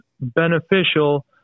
beneficial